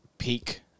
peak